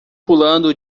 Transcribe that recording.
pulando